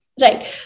Right